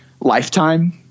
Lifetime –